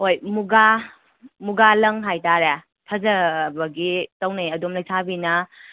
ꯍꯣꯏ ꯃꯨꯒꯥ ꯃꯨꯒꯥ ꯂꯪ ꯍꯥꯏꯇꯥꯔꯦ ꯐꯖꯕꯒꯤ ꯇꯧꯅꯩ ꯑꯗꯨꯝ ꯂꯩꯁꯥꯕꯤꯅ